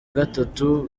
gatatu